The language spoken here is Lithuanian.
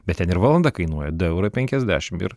bet ten ir valanda kainuoja du eurai penkiasdešimt ir